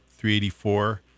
384